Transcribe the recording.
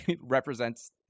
represents